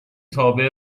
تابع